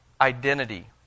identity